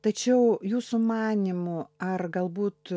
tačiau jūsų manymu ar galbūt